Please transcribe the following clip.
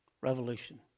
revolution